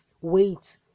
wait